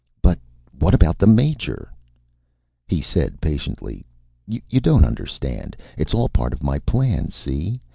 but what about the major he said patiently you don't understand. it's all part of my plan, see?